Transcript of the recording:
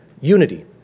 unity